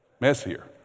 Messier